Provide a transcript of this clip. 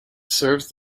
serves